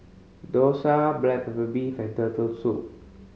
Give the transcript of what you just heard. dosa black pepper beef and Turtle Soup